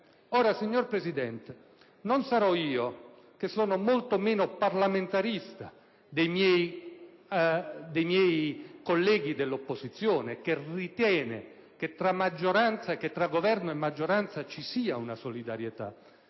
Signor Presidente, non sarò io, che sono molto meno parlamentarista dei miei colleghi dell'opposizione, che ritengo che tra Governo e maggioranza ci sia una solidarietà,